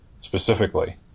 specifically